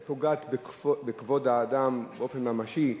היא פוגעת בכבוד האדם באופן ממשי,